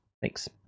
Thanks